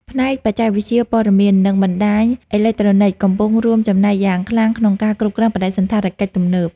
ផ្នែកបច្ចេកវិទ្យាព័ត៌មាន និងបណ្ដាញអេឡិចត្រូនិចកំពុងរួមចំណែកយ៉ាងខ្លាំងក្នុងការគ្រប់គ្រងបដិសណ្ឋារកិច្ចទំនើប។